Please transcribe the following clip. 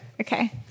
okay